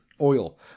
oil